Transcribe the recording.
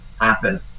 happen